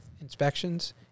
inspections